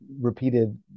repeated